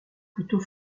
plutôt